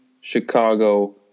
Chicago